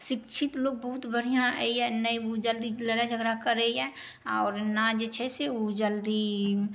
शिक्षित लोक बहुत बढ़िऑं होइए नहि जल्दी लड़ाइ झगड़ा करैए आओर ने जे छै से ओ जल्दी